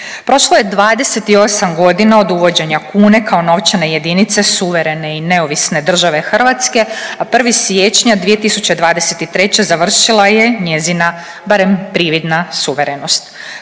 Prošlo je 28 godina od uvođenje kune kao novčane jedinice suverene i neovisne države Hrvatske, a 1. siječnja 2023. završila je njezina, barem prividna suverenost.